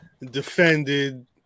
Defended